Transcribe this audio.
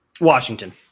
Washington